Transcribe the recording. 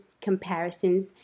comparisons